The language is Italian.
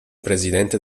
presidente